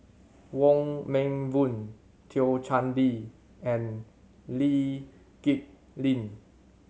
Wong Meng Voon Thio Chan Bee and Lee Kip Lin